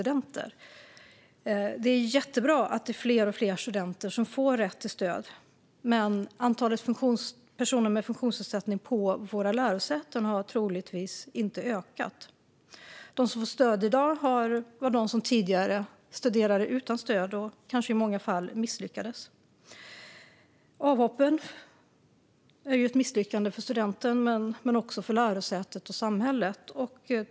Det är jättebra att fler och fler studenter får rätt till stöd, men antalet personer med funktionsnedsättning på våra lärosäten har troligtvis inte ökat. De som får stöd i dag är de som tidigare studerade utan stöd och kanske i många fall misslyckades. Ett avhopp är ett misslyckande för studenten men också för lärosätet och samhället.